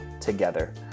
together